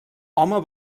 home